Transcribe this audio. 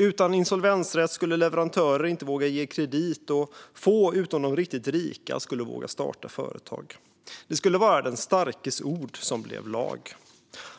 Utan insolvensrätt skulle leverantörer inte våga ge kredit. Och få, utom de riktigt rika, skulle våga starta företag. Det skulle vara den starkes ord som blev lag.